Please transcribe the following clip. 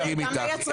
סליחה, אני מסכים איתך.